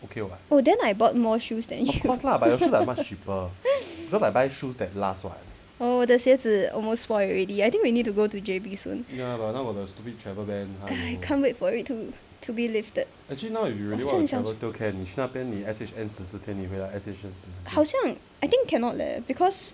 oh then I bought more shoes than you oh 我的鞋子 almost spoil already I think we need to go to J_B soon !aiya! I can't wait for it to to be lifted 我真的好像去好像 I think cannot leh because